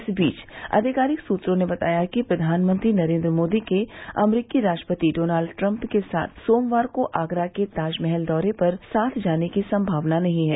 इस बीच आधिकारिक सूत्रों ने बताया है कि प्रधानमंत्री नरेंद्र मोदी के अमरीकी राष्ट्रपति डॉनल्ड ट्रंप के साथ सोमवार को आगरा के ताजमहल दौरे पर साथ जाने की संभावना नहीं है